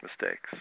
mistakes